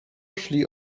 szli